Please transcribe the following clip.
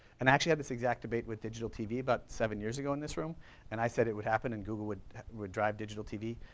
and i actually had this exact debate with digital tv about seven years ago in this room and i said it would happen and google would would drive digital tv.